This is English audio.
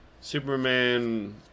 Superman